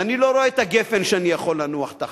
ואני לא רואה את הגפן שאני יכול לנוח תחתיה,